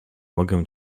mogę